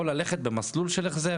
או ללכת במסלול של החזר.